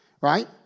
right